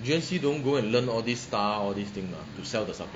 G_N_C don't go and learn all this star all this thing mah to sell the supplement